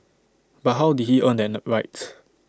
but how did he earn that the right